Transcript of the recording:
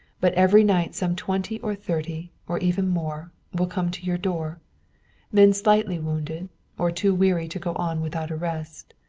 but every night some twenty or thirty, or even more, will come to your door men slightly wounded or too weary to go on without a rest.